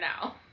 now